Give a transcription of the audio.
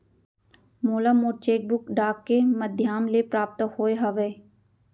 मोला मोर cheque book डाक के मध्याम ले प्राप्त होय हवे